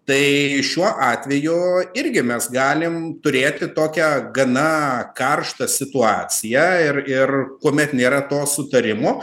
tai šiuo atveju irgi mes galime turėti tokią gana karštą situaciją ir ir kuomet nėra to sutarimo